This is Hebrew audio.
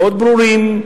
מאוד ברורים,